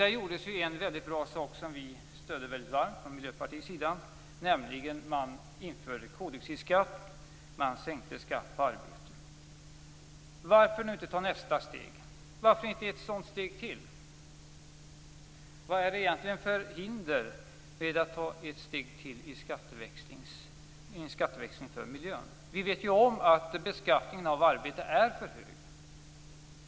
Där gjordes en väldigt bra sak som vi från Miljöpartiets sida varmt stödde: Man införde koldioxidskatt och sänkte skatten på arbete. Varför inte ytterligare ett sådant steg nu? Vad finns det egentligen för hinder att ta ett steg till och genomföra en ny skatteväxling för miljön? Vi vet ju att beskattningen av arbete är för hög.